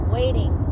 Waiting